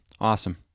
Awesome